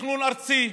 לתכנון ארצי,